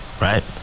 right